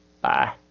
Bye